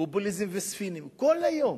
פופוליזם וספינים כל היום.